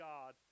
God